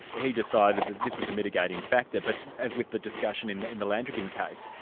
he decided that this was a mitigating factor, but as with the discussion in the in the landrigan case,